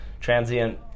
transient